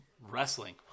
wrestling